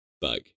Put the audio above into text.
bug